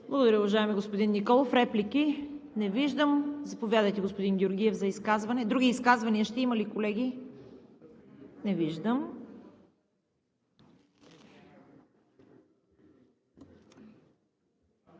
Благодаря, уважаеми господин Николов. Реплики? Не виждам. Заповядайте, господин Георгиев, за изказване. Други изказвания ще има ли, колеги? Не виждам.